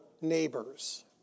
neighbors